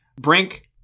Brink